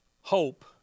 Hope